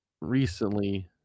recently